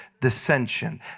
dissension